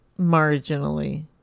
marginally